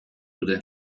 dute